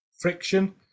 friction